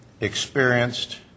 experienced